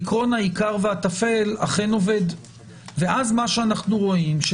עיקרון העיקר והטפל אכן עובד ואז מה שאנחנו רואים הוא